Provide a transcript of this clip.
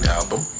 album